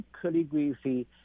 calligraphy